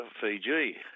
Fiji